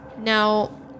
Now